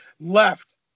left